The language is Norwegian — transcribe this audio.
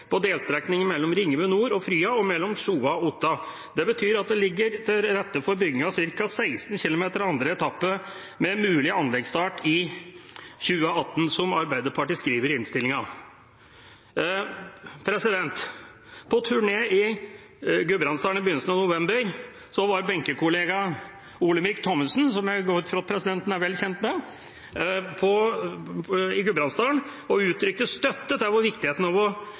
for delstrekningen mellom Ringebu nord og Frya og mellom Sjoa og Otta. Det betyr at det ligger til rette for bygging av ca. 16 kilometer av andre etappe med mulig anleggsstart i 2018, som Arbeiderpartiet og Senterpartiet skriver i innstillinga. På turné i Gudbrandsdalen i begynnelsen av november uttalte benkekollega Olemic Thommessen, noe jeg går ut fra at presidenten er vel kjent med, støtte til viktigheten av å